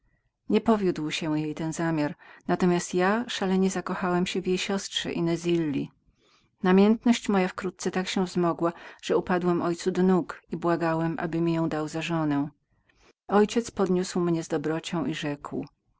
nie powiódł się jej ten zamiar natomiast ja szalenie zakochałem się w jej siostrze inezilli namiętność moja tak się wzmogła że upadłem do nóg ojcu i błagałem aby mi ją dał za żonę ojciec mój podniósł mnie z dobrocią i rzekł